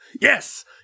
Yes